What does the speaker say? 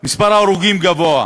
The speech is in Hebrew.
מספר ההרוגים גבוה.